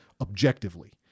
objectively